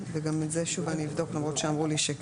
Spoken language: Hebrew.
גם את זה שוב אני אבדוק למרות שאמרו לי שכן,